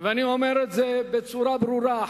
ואני אומר את זה בצורה ברורה.